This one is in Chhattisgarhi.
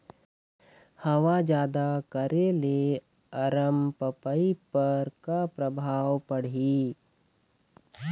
हवा जादा करे ले अरमपपई पर का परभाव पड़िही?